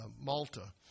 Malta